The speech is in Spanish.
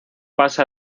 pasa